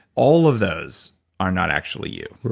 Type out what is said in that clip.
all of those are not actually you.